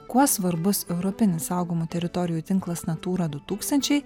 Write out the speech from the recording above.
kuo svarbus europinis saugomų teritorijų tinklas natūra du tūkstančiai